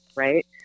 Right